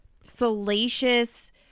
salacious